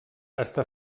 està